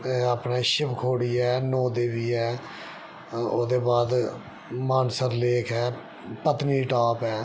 अपने शिवखोड़ी ऐ नौ देवी ऐ ओह्दे बाद मानसर लेक ऐ पत्नीटॉप ऐ